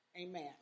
Amen